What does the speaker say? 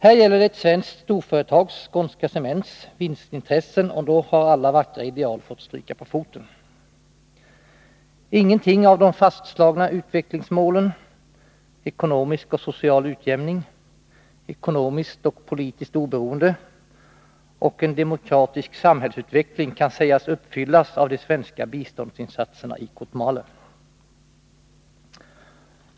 Här gäller det ett svenskt storföretags, Skånska Cement, vinstintressen, och då har alla vackra ideal fått stryka på foten. Ingenting av de fastslagna utvecklingsmålen, ekonomisk och social utjämning, ekonomiskt och politiskt oberoende samt en demokratisk samhällsutveckling, kan sägas uppfyllas av de svenska biståndsinsatserna i Kotmale.